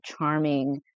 charming